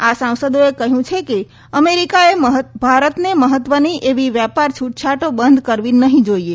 આ સાંસદોએ કહયું છે કે અમેરિકાએ ભારતને મહત્વની એવી વેપાર છૂટછાટો બંધ કરવી નહી જોઈએ